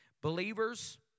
Believers